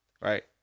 right